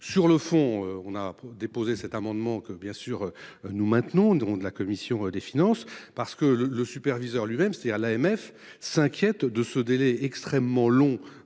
sur le fond on a déposé cet amendement que bien sûr nous maintenons dont de la commission des finances. Parce que le le superviseur lui-même c'est-à-dire l'AMF s'inquiètent de ce délai extrêmement long